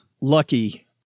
lucky